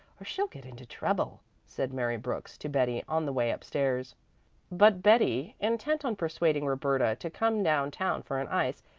or she'll get into trouble, said mary brooks to betty on the way up-stairs but betty, intent on persuading roberta to come down-town for an ice,